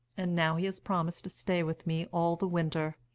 and now he has promised to stay with me all the winter.